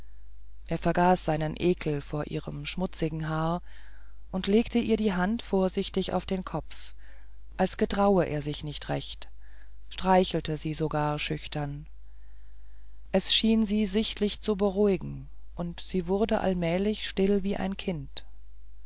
er vergaß seinen ekel vor ihrem schmutzigen haar und legte ihr die hand vorsichtig auf den kopf als getraue er sich nicht recht streichelte sie sogar schüchtern er schien sie sichtlich zu beruhigen und sie wurde allmählich still wie ein kind